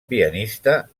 pianista